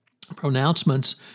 pronouncements